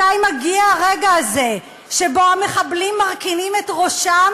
מתי מגיע הרגע הזה שבו המחבלים מרכינים את ראשם